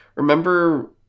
Remember